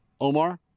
Omar